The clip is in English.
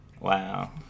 Wow